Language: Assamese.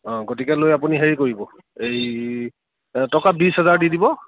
অঁ গতিকে লৈ আপুনি হেৰি কৰিব এই টকা বিশ হেজাৰ দি দিব